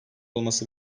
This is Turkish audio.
olması